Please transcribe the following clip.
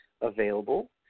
available